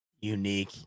unique